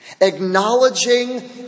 Acknowledging